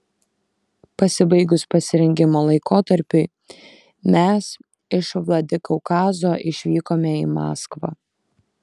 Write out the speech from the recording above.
pasibaigus pasirengimo laikotarpiui mes iš vladikaukazo išvykome į maskvą